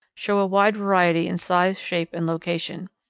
show a wide variety in size, shape, and location.